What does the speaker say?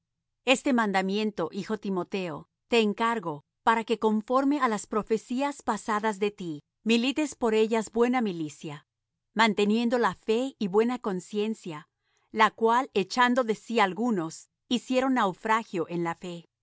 este mandamiento hijo timoteo te encargo para que conforme á las profecías pasadas de ti milites por ellas buena milicia manteniendo la fe y buena conciencia la cual echando de sí algunos hicieron naufragio en la fe